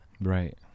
right